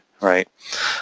right